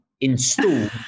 installed